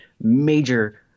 major